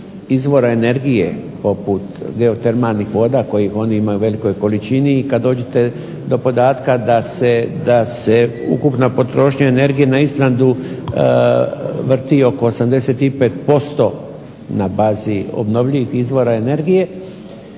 izvora energije poput geotermalnih voda koje oni imaju u velikoj količini. I kada dođete do podatka da se ukupna potrošnja energije na Islandu vrti oko 85% na bazi obnovljivih izvora energije,